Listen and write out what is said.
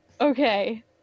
Okay